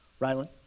Rylan